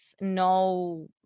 no